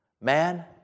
Man